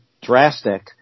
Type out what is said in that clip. drastic